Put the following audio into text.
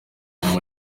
uvamo